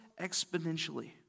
exponentially